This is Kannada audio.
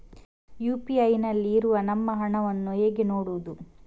ಯು.ಪಿ.ಐ ನಲ್ಲಿ ಇರುವ ನಮ್ಮ ಹಣವನ್ನು ಹೇಗೆ ನೋಡುವುದು?